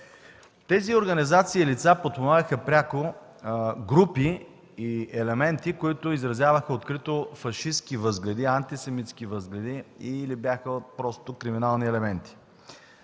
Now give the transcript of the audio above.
Тези организации и лица подпомагаха пряко групи и елементи, които изразяваха открито фашистки, антисемитски възгледи или бяха просто криминални елементи.